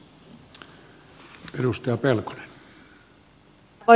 arvoisa puhemies